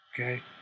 Okay